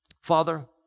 Father